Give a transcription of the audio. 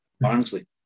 Barnsley